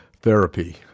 therapy